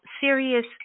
serious